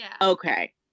Okay